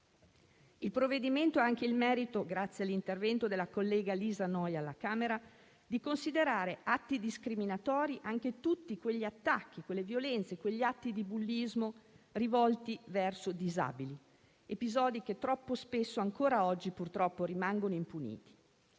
Il provvedimento ha inoltre il merito, grazie all'intervento della collega Lisa Noja alla Camera, di considerare atti discriminatori anche tutti quegli attacchi, quelle violenze e quegli atti di bullismo rivolti verso disabili, episodi che troppo spesso, ancora oggi, purtroppo rimangono impuniti.